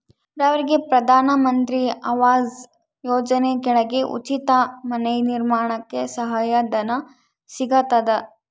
ಬಡವರಿಗೆ ಪ್ರಧಾನ ಮಂತ್ರಿ ಆವಾಸ್ ಯೋಜನೆ ಕೆಳಗ ಉಚಿತ ಮನೆ ನಿರ್ಮಾಣಕ್ಕೆ ಸಹಾಯ ಧನ ಸಿಗತದ